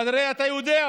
והרי אתה יודע,